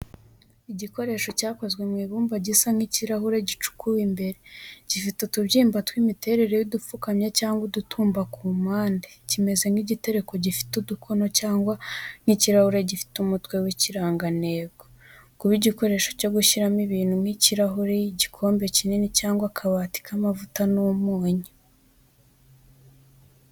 Igikoresho cyakozwe mu ibumba gisa nk’ikirahure gicukuwe imbere, gifite utubyimba tw’imiterere y’udupfukamye cyangwa udutumba ku mpande, kimeze nk’igitereko gifite udukono cyangwa nk’ikirahuri gifite umutwe w’ikirangantego. Kuba igikoresho cyo gushyiramo ibintu nk’ikirahuri, igikombe kinini cyangwa akabati k’amavuta n’umunyu.